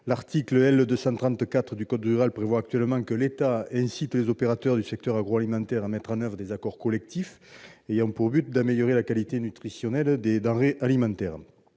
l'article L. 230-4 du code rural et de la pêche maritime prévoit que l'État incite les opérateurs du secteur agroalimentaire à mettre en oeuvre des accords collectifs ayant pour but d'améliorer la qualité nutritionnelle des denrées alimentaires.